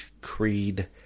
Creed